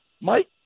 Mike